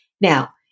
Now